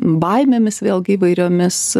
baimėmis vėlgi įvairiomis